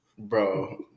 Bro